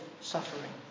suffering